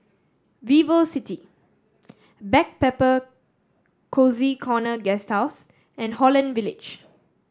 VivoCity Backpacker Cozy Corner Guesthouse and Holland Village